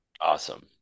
Awesome